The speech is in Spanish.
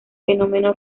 fenómeno